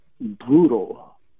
brutal